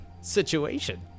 situation